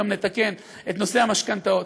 נתקן את נושא המשכנתאות,